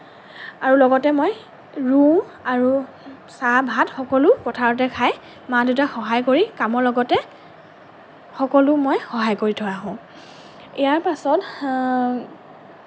আৰু লগতে মই ৰুওঁ আৰু চাহ ভাত সকলো পথাৰতে খাই মা দেউতাক সহায় কৰি কামৰ লগতে সকলো মই সহায় কৰি থৈ আহোঁ ইয়াৰ পাছত